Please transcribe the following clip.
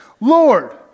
Lord